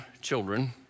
children